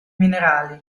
minerali